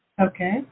Okay